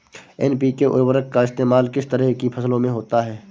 NPK उर्वरक का इस्तेमाल किस तरह की फसलों में होता है?